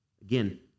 Again